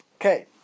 Okay